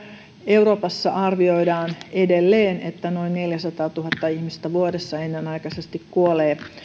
euroopassa arvioidaan edelleen noin neljänsadantuhannen ihmisen vuodessa kuolevan ennenaikaisesti